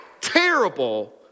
terrible